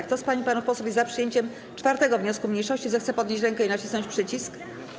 Kto z pań i panów posłów jest za przyjęciem 4. wniosku mniejszości, zechce podnieść rękę i nacisnąć przycisk.